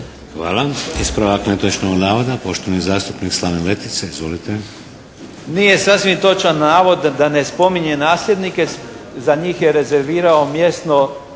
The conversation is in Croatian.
Hvala. Ispravak netočnog navoda, poštovani zastupnik Slaven Letica. Izvolite! **Letica, Slaven (Nezavisni)** Nije sasvim točan navod da ne spominje nasljednike. Za njih je rezervirao mjesto